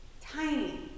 Tiny